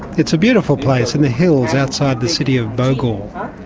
it's a beautiful place in the hills outside the city of bogor.